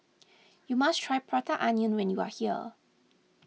you must try Prata Onion when you are here